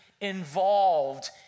involved